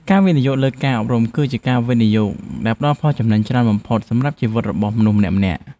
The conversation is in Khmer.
ការវិនិយោគលើការអប់រំគឺជាការវិនិយោគដែលផ្តល់ផលចំណេញច្រើនបំផុតសម្រាប់ជីវិតរបស់មនុស្សម្នាក់ៗ។